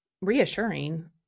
reassuring